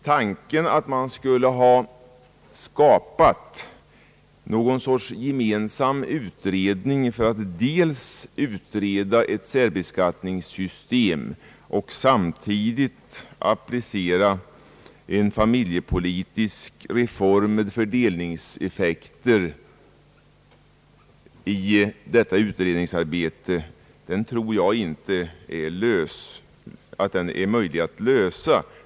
Tanken att man skulle ha skapat någon sorts gemensam kommitté för att utreda frågan om ett särbeskattningssystem och samtidigt applicera en familjepolitisk reform med fördelningseffekter i detta utredningsarbete tror jag inte går att genomföra.